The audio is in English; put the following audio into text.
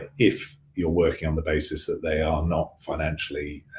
if you're working on the basis that they are not financially